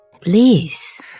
please